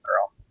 girl